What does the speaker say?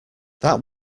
that